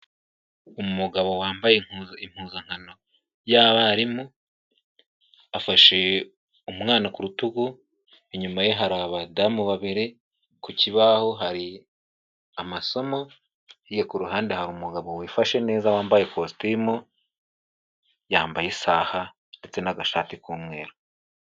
Umugabo wambaye impuzankano y'abarimu, afashe umwana ku rutugu inyuma ye hari abadamu babiri, ku kibaho hari amasomo, wigiye ku ruhande hari umugabo wifashe neza wambaye ikositimu, yambaye isaha ndetse n'agashati k'umweru.